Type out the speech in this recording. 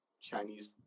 Chinese